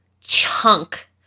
chunk